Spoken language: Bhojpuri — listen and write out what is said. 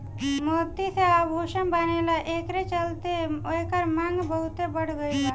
मोती से आभूषण बनेला एकरे चलते एकर मांग बहुत बढ़ गईल बा